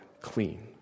clean